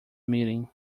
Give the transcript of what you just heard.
meeting